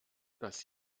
dass